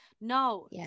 no